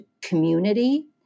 community